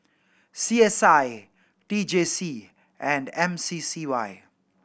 C S I T J C and M C C Y